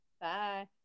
Bye